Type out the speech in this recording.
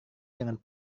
dengan